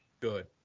Good